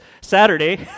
Saturday